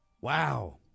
Wow